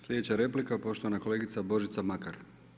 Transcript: Sljedeća replika, poštovana kolegica Božica Makar.